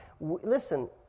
Listen